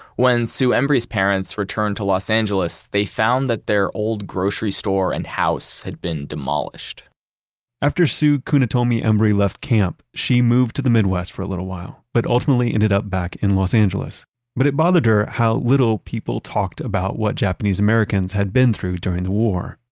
when sue embrey's parents returned to los angeles, they found that their old grocery store and house had been demolished after sue kunitomi embrey left camp, she moved to the midwest for a little while, but ultimately ended up back in los angeles but it bothered her how little people talked about what japanese americans had been through during the war.